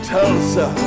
Tulsa